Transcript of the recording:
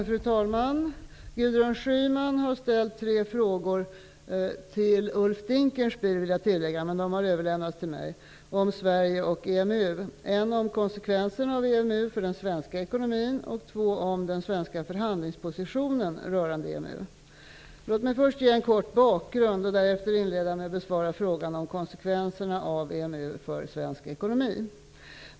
Fru talman! Gudrun Schyman har ställt tre frågor till Ulf Dinkelspiel om Sverige och EMU. Men de har överlämnats till mig. En fråga handlar om konsekvenser av EMU för den svenska ekonomin och två om den svenska förhandlingspositionen rörande EMU. Låt mig först ge en kort bakgrund och därefter inleda med att besvara frågan om konsekvenserna av EMU för svensk ekonomi.